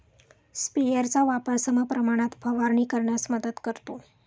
स्प्रेयरचा वापर समप्रमाणात फवारणी करण्यास मदत करतो